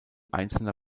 einzelner